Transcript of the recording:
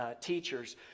teachers